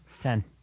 Ten